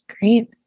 Great